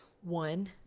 one